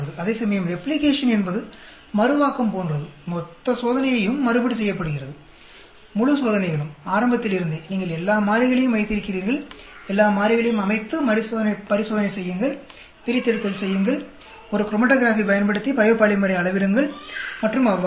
அதேசமயம் ரெப்ளிகேஷன் என்பது மறுவாக்கம் போன்றது மொத்த சோதனையும் மறுபடி செய்யப்படுகிறது முழு சோதனைகளும் ஆரம்பத்தில் இருந்தே நீங்கள் எல்லா மாறிகளையும் வைத்திருக்கிறீர்கள் எல்லா மாறிகளையும் அமைத்து பரிசோதனை செய்யுங்கள் பிரித்தெடுத்தல் செய்யுங்கள் ஒரு குரோமடோகிராஃபி பயன்படுத்தி பயோபாலிமரை அளவிடுங்கள் மற்றும் அவ்வாறே